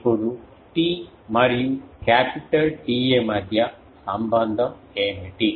ఇప్పుడు t మరియు capital TA మధ్య సంబంధం ఏమిటి